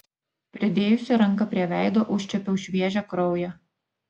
pridėjusi ranką prie veido užčiuopiau šviežią kraują